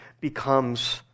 becomes